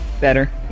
better